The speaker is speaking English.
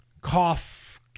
cough